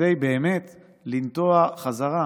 כדי באמת לנטוע בחזרה,